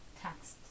text